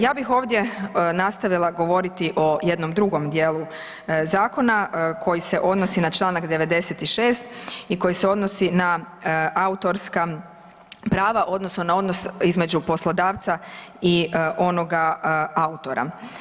Ja bih ovdje nastavila govoriti o jednom drugom dijelu zakona koji se odnosi na Članak 96. i koji se odnosi na autorska prava odnosno na odnos između poslodavca i onoga autora.